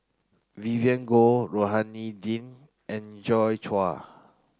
Vivien Goh Rohani Din and Joi Chua